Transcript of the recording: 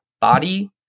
body